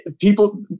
people